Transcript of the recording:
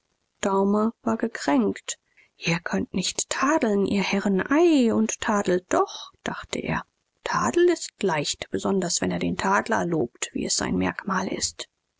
daumer war gekränkt ihr könnt nicht tadeln ihr herren ei und tadelt doch dachte er tadel ist leicht besonders wenn er den tadler lobt wie es sein merkmal ist